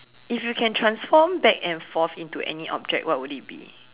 if you can transform back and forth into any object what would it be